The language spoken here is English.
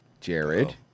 Jared